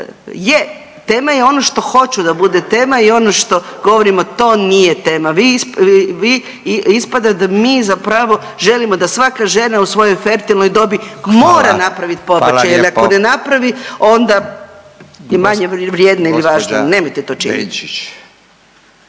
je, tema je ono što hoću da bude tema i ono što govorimo, to nije tema, vi, ispada da mi zapravo želimo da svaka žena u svojoj fertilnoj dobi …/Upadica: Hvala./… mora napraviti pobačaj …/Upadica: Hvala lijepo./… jer ako ne napravi onda je manje vrijedna ili važna, nemojte to činiti.